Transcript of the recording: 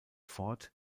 fort